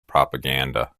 propaganda